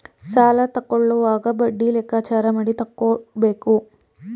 ಸಾಲ ತಕ್ಕೊಳ್ಳೋವಾಗ ಬಡ್ಡಿ ಲೆಕ್ಕಾಚಾರ ಮಾಡಿ ತಕ್ಕೊಬೇಕು